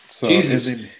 Jesus